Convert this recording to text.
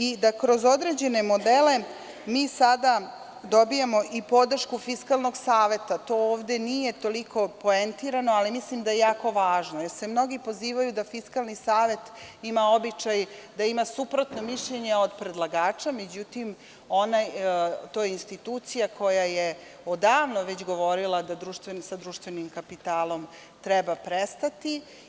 I da kroz određene modele mi sada dobijamo i podršku Fiskalnog saveta, to ovde nije toliko poentirano, ali mislim da je jako važno, jer se mnogi pozivaju da Fiskalni savet ima običaj da ima suprotno mišljenje od predlagača, međutim, to je institucija koja je odavno već govorila da sa društvenim kapitalom treba prestati.